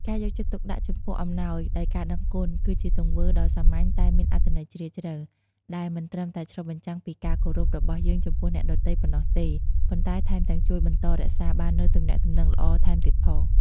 ការយកចិត្តទុកដាក់ចំពោះអំណោយដោយការដឹងគុណ គឺជាទង្វើដ៏សាមញ្ញតែមានអត្ថន័យជ្រាលជ្រៅ ដែលមិនត្រឹមតែឆ្លុះបញ្ចាំងពីការគោរពរបស់យើងចំពោះអ្នកដទៃប៉ុណ្ណោះទេ ប៉ុន្តែថែមទាំងជួយបន្តរក្សាបាននូវទំនាក់ទំនងល្អថែមទៀតផង។